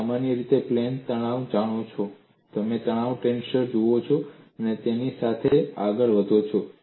તમે સામાન્ય રીતે પ્લેન તણાવ જાણો છો તમે તણાવ ટેન્સર જુઓ છો અને તેની સાથે આગળ વધો છો